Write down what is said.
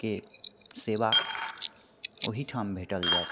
के सेवा ओहिठाम भेटल जाइत